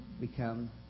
become